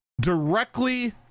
Directly